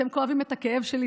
אתם כואבים את הכאב שלי,